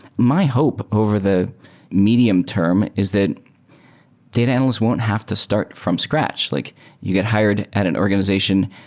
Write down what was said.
my hope over the medium-term is that data analysts won't have to start from scratch, like you get hired at an organization,